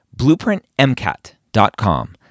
BlueprintMCAT.com